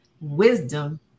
wisdom